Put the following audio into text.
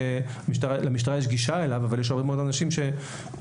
שלמשטרה יש גישה אליו אבל יש הרבה מאד אנשים - אגב,